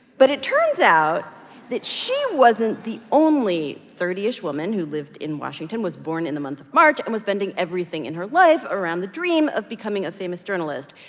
but it turns out that she wasn't the only thirty ish woman who lived in washington, was born in the month of march and was bending everything in her life around the dream of becoming a famous journalist.